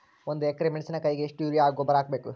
ಒಂದು ಎಕ್ರೆ ಮೆಣಸಿನಕಾಯಿಗೆ ಎಷ್ಟು ಯೂರಿಯಾ ಗೊಬ್ಬರ ಹಾಕ್ಬೇಕು?